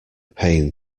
pain